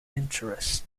interest